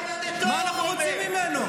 מה אנחנו רוצים ממנו?